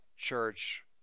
church